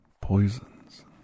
poisons